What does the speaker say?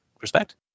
respect